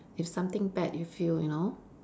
if something bad you feel you know